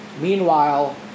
Meanwhile